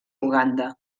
uganda